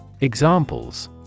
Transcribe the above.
Examples